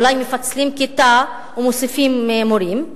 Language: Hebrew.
אולי מפצלים כיתה ומוסיפים מורים.